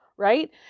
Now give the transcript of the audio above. right